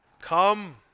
Come